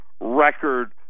record